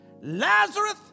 Lazarus